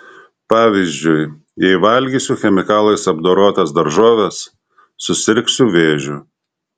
pavyzdžiui jei valgysiu chemikalais apdorotas daržoves susirgsiu vėžiu